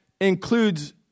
includes